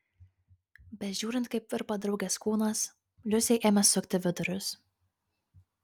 bežiūrint kaip virpa draugės kūnas liusei ėmė sukti vidurius